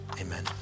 amen